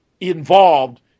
involved